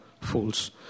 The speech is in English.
fools